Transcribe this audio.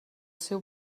seu